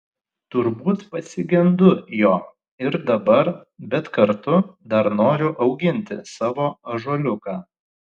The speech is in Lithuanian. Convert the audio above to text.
turbūt pasigendu jo ir dabar bet kartu dar noriu auginti savo ąžuoliuką